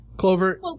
Clover